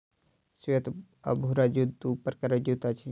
श्वेत आ भूरा जूट दू प्रकारक जूट अछि